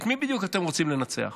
את מי בדיוק אתם רוצים לנצח?